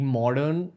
modern